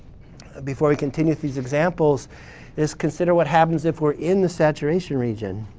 before we continue with these examples is consider what happens if we're in the saturation region.